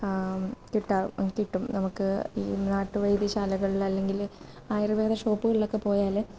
കിട്ടാം കിട്ടും നമുക്ക് ഊ നാട്ടുവൈദ്യശാലകളില് അല്ലെങ്കിൽ അല്ലെങ്കിൽ ആയൂർവേദ ഷോപ്പുകളിലൊക്കെ പോയാല്